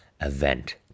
event